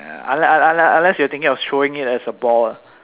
unless unless unless you're thinking of throwing it as a ball lah